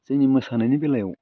जोंनि मोसानायनि बेलायाव